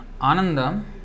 Ananda